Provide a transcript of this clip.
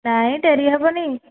ନାଇଁ ଡେରି ହେବନି